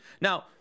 now